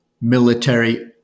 military